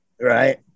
Right